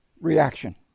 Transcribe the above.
reaction